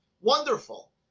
Wonderful